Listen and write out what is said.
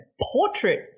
Portrait